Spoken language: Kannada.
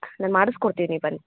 ನಾನು ಮಾಡಿಸ್ಕೊಡ್ತೀನಿ ಬನ್ನಿ